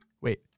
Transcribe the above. wait